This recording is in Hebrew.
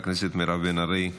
חברת הכנסת מירב בן ארי.